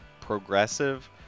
progressive